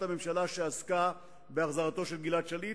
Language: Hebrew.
למשל נמנע השידור של ערוץ "אל-ג'זירה"